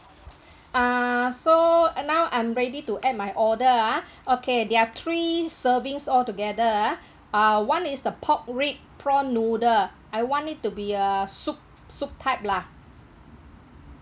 ah so uh now I'm ready to add my order ah okay there are three servings altogether ah uh one is the pork rib prawn noodle I want it to be a soup soup type lah